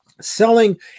Selling